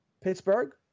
Pittsburgh